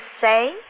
say